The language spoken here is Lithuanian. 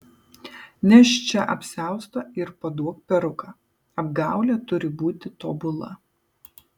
nešk čia apsiaustą ir paduok peruką apgaulė turi būti tobula